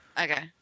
Okay